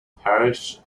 parish